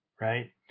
right